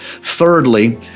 thirdly